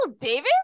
David